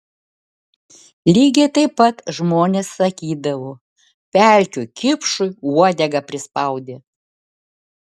lygiai taip pat žmonės sakydavo pelkių kipšui uodegą prispaudė